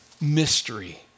mystery